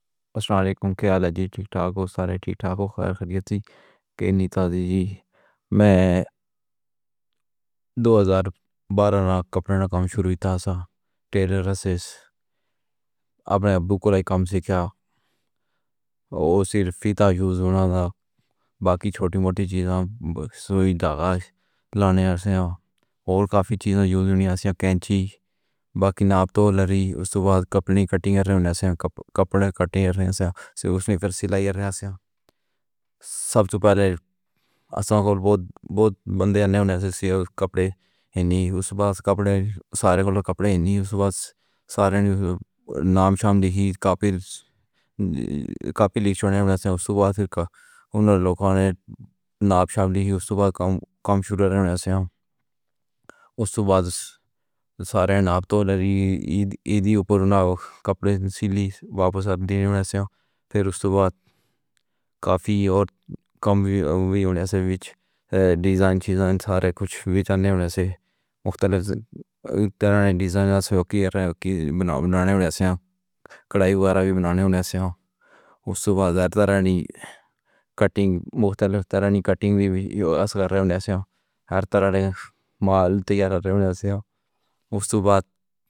السلام علیکم! کیاحال ہے جی؟ ٹھیک ٹھاک ہو؟ سارے ٹھیک ٹھاک ہو؟ خیر، خدمتی کی نہیں تازی جی؟ میں دو ہزار بارا نا کپڑے شروع کیتے ہن۔ ٹیلر اسیسٹ اپنے ابّو کو لائی، کم سیکھا۔ او صرف انسٹا یوز ہونا ہا۔ باقی چھوٹی موٹی چیز، سوئی داغا لانے سے تے کافی چیزاں یوز نہیں، ایسے کینچی۔ باقی ناپ تو لیندی پئی۔ اوس دے بعد کپڑے کٹنگ سے کپڑے کٹے پئے ہن، تے اوس وچ پھر سلائی پئی ہے۔ سب توں پہلے اسی سال دے بوہت بوہت بندے، نویں نویں سے کپڑے نہیں، بس کپڑے، سارے کپڑے نہیں۔ اوس واسطے سارے نام شام لکھی، کافی ساری کاپی لکھی ہوݨ سے۔ اوس دے بعد پھر انہاں نے لکھا ہے نام شام لکھی۔ اوس دے بعد کم کم شروع کیتے ہن، تے اوس دے بعد سارے ناپ تو عید دیاں اوپر کپڑے سیلی واپس ݙیوݨ سے۔ پھر اوس دے بعد کافی تے کم وی ہوݨ سے۔ وچ ڈیزائن چیزیں، سارے کجھ وچوں، مختلف طرح دے ڈیزائن بݨاوݨ والے سے۔ کڑاہی وغیرہ وی بݨاوݨ ہون گے۔ اوس وچ بوہت ہر طرح دی کٹنگ، مختلف طرح دی کٹنگ وی کر رہے ہن۔ ہر طرح دا مال تیار تھیندا پیا ہے، تے اوس دے بعد